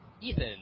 Ethan